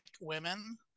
women